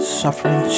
suffering